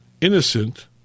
innocent